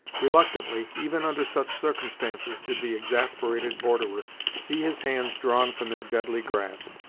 reluctantly, even under such circumstances, did the exasperated borderer see his hands drawn from their deadly grasp,